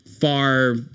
far